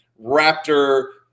Raptor